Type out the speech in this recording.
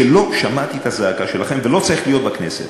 שלא שמעתי את הזעקה שלכם, ולא צריך להיות בכנסת.